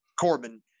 Corbin